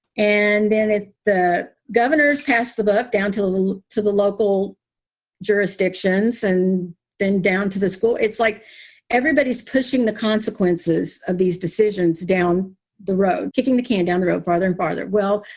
and then if the governors pass the book down to the the um to the local jurisdictions and then down to the school, it's like everybody's pushing the consequences of these decisions down the road, kicking the can down the road farther and farther. well,